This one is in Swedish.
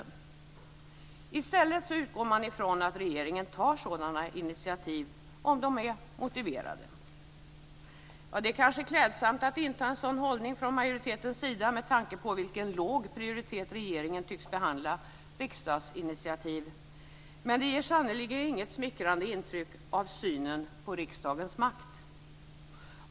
I stället utgår man från att regeringen tar sådana initiativ om de är motiverade. Det är kanske klädsamt att inta en sådan hållning från majoritetens sida med tanke på vilken låg prioritet regeringen tycks behandla riksdagsinitiativ med, men det ger sannerligen inget smickrande intryck av synen på riksdagens makt.